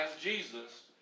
Jesus